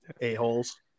a-holes